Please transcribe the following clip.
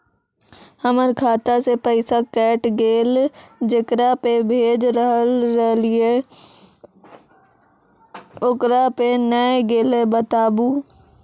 हमर खाता से पैसा कैट गेल जेकरा पे भेज रहल रहियै ओकरा पे नैय गेलै बताबू?